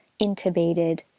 intubated